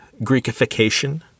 Greekification